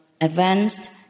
advanced